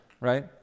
right